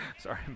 Sorry